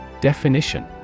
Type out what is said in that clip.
Definition